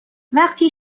وقتی